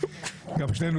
גם לך יש ילדים